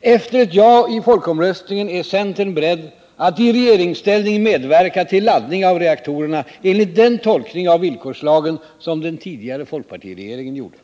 Efter ett ja i folkomröstningen är centern beredd att i regeringsställning medverka till laddning av reaktorerna enligt den tolkning av villkorslagen som den tidigare folkpartiregeringen gjorde.